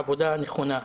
בעבודה הנכונה.